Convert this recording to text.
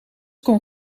kon